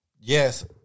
yes